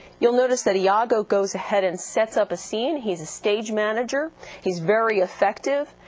you'll notice that iago goes ahead and sets up a scene he's a stage manager he's very effective.